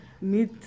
meet